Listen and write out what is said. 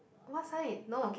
what sign no